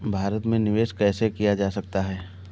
भारत में निवेश कैसे किया जा सकता है?